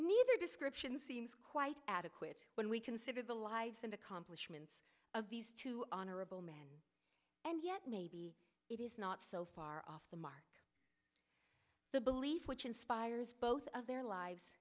neither description seems quite adequate when we consider the lives and accomplishments of these two honorable men and yet maybe it is not so far off the mark the belief which inspires both of their lives